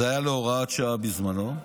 זה היה להוראת שעה בזמנו.